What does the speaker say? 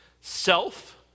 Self